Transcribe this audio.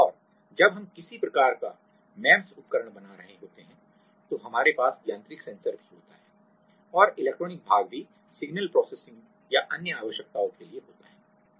और जब हम किसी प्रकार का एमईएमएस उपकरण बना रहे होते हैं तो हमारे पास यांत्रिक सेंसर भी होता है और इलेक्ट्रॉनिक भाग भी सिग्नल प्रोसेसिंग या अन्य आवश्यकताओं के लिए होता है